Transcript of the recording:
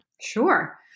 Sure